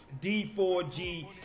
D4G